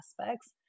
aspects